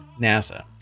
nasa